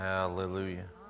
Hallelujah